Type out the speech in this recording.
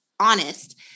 honest